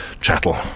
chattel